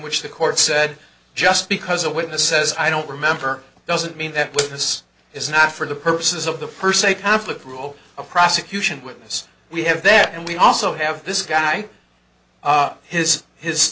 which the court said just because a witness says i don't remember doesn't mean that witness is not for the purposes of the person a catholic rule a prosecution witness we have there and we also have this guy his his